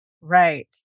Right